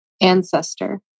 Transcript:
Ancestor